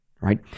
right